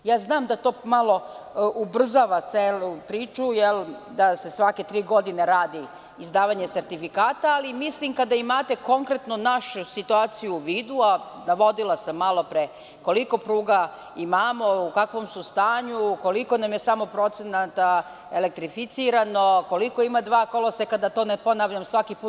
Znam da to malo ubrzava celu priču, da se svake tri godine radi izdavanje sertifikata, ali mislim kada imate konkretno našu situaciju u vidu, a navodila sam malopre koliko pruga imamo, u kakvom su stanju, koliko nam je samo procenata elektrificirano, koliko ima dva koloseka, da to ne ponavljam svaki put.